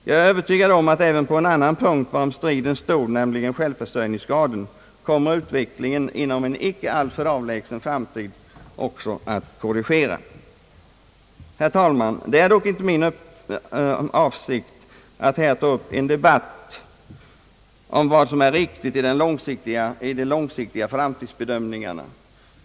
Jag är övertygad om att även på en annan punkt där striden stod, nämligen självförsörjningsgraden, kommer <utvecklingen inom en icke alltför avlägsen framtid att korrigera programmet. Det är dock inte min avsikt, herr talman, att här ta upp en debatt om vad som kan anses riktigt i de långsiktiga framtidsbedömningarna.